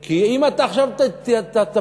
כי אם עכשיו תפילי,